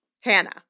Hannah